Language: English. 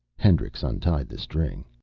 hendricks untied the string.